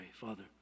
Father